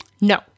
No